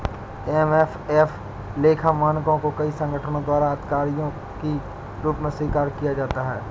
FAF लेखा मानकों को कई संगठनों द्वारा आधिकारिक के रूप में स्वीकार किया जाता है